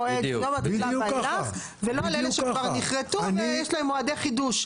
התחילה ואילך ולא על אלה שכבר נכרתו ויש להם מועדי חידוש.